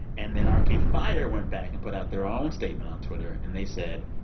and then arcade fire went back and put out their own statement on twitter. and they said,